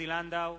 עוזי לנדאו,